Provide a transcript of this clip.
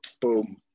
boom